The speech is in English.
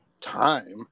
time